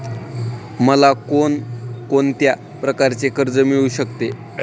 मला कोण कोणत्या प्रकारचे कर्ज मिळू शकते?